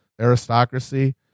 aristocracy